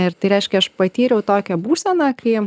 ir tai reiškia aš patyriau tokią būseną kai